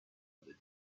دادیم